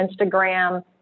Instagram